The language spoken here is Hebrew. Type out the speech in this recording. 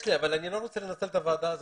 יש לי אבל אני לא רוצה לנצל את הוועדה הזאת.